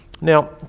Now